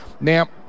Now